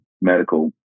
medical